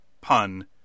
pun